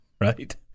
right